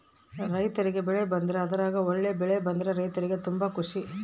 ರೈರ್ತಿಗೆ ಬೆಳೆ ಬಂದ್ರೆ ಅದ್ರಗ ಒಳ್ಳೆ ಬೆಳೆ ಬಂದ್ರ ರೈರ್ತಿಗೆ ತುಂಬಾ ಖುಷಿ